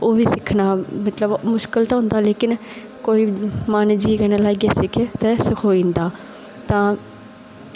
ओह्बी सिक्खना मुशकल ते होंदा लेकिन कोई मन जी लाइयै सिक्खे ते सखोई जंदा तां